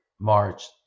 March